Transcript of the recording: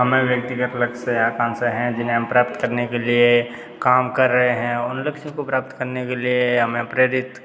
हमें व्यक्तिगत लक्ष्य आकांक्षा हैं जिन्हें हम प्राप्त करने के लिए काम कर रहे हैं उन लक्ष्य को प्राप्त करने के लिए हमें प्रेरित